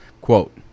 Quote